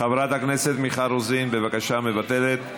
חברת הכנסת מיכל רוזין, בבקשה, מוותרת,